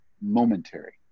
momentary